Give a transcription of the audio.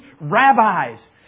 rabbis